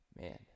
man